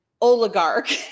oligarch